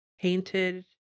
painted